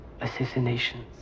assassinations